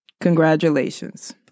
Congratulations